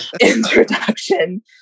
introduction